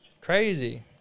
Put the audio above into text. Crazy